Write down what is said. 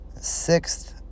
sixth